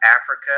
Africa